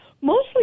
mostly